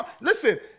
Listen